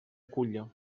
culla